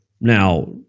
Now